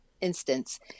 instance